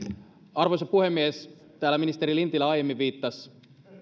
arvoisa puhemies täällä ministeri lintilä aiemmin viittasi